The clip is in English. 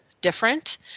different